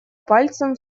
пальцем